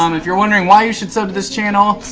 um if you're wondering why you should sub this channel,